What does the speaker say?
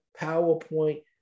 PowerPoint